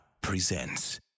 presents